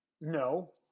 No